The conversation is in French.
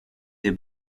des